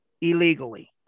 illegally